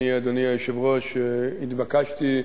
אדוני היושב-ראש, אני התבקשתי,